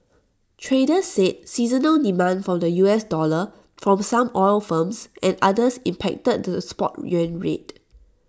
traders said seasonal demand for the U S dollar from some oil firms and others impacted to the spot yuan rate